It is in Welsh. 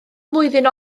mlwyddyn